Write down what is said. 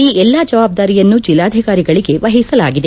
ಈ ಎಲ್ಲಾ ಜವಾಬ್ದಾರಿಯನ್ನು ಜೆಲ್ಲಾಧಿಕಾರಿಗಳಿಗೆ ವಹಿಸಲಾಗಿದೆ